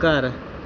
ਘਰ